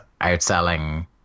outselling